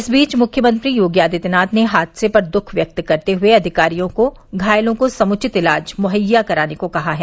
इस बीच मुख्यमंत्री योगी आदित्यनाथ ने हादसे पर दुःख व्यक्त करते हुए अधिकारियों को घायलों को समुचित इलाज मुहैया कराने को कहा है